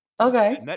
Okay